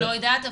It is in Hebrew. לא יודעת,